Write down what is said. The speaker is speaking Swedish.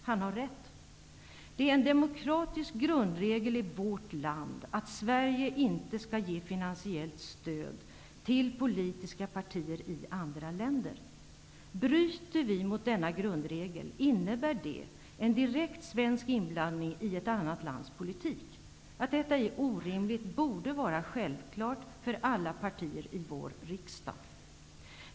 Han har rätt! Det är en demokratisk grundregel i vårt land att Sverige inte skall ge finansiellt stöd till politiska partier i andra länder. Bryter vi mot denna grundregel innebär det en direkt svensk inblandning i ett annat lands politik. Att detta är orimligt borde vara självklart för alla partier i vår riksdag.